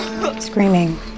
Screaming